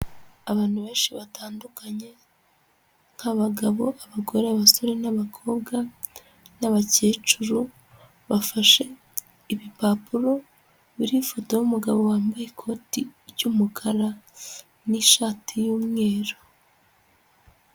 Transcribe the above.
Abantu benshi batandukanye nk'abagabo, abagore, abasore n'abakobwa n'abakecuru bafashe ibipapuro biriho ifoto y'umugabo wambaye ikoti ry'umukara n'ishati y'umweru.